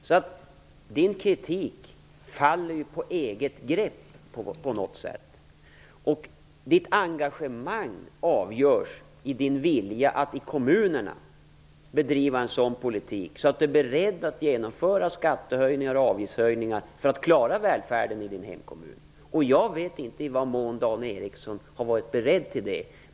Dan Ericssons kritik faller ju på eget grepp på något sätt. Dan Ericssons engagemang avgörs av hans vilja att bedriva en politik i kommunerna som går ut på att genomföra skattehöjningar och avgiftshöjningar för att klara välfärden i hemkommunen. Jag vet inte i vad mån Dan Ericsson har varit beredd till det.